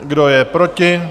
Kdo je proti?